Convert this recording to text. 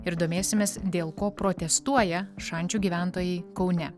ir domėsimės dėl ko protestuoja šančių gyventojai kaune